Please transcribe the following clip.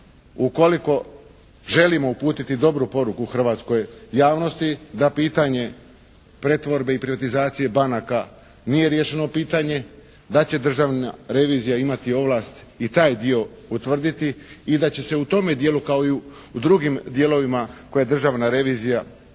ukoliko želimo uputiti dobru poruku hrvatskoj javnosti da pitanje pretvorbe i privatizacije banaka nije riješeno pitanje, da će državna revizija imati ovlast i taj dio utvrditi i da će se u tome dijelu kao i u drugim dijelovima koje je Državna revizija utvrdila